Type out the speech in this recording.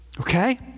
Okay